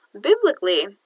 Biblically